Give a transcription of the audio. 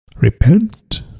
repent